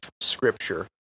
Scripture